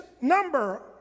number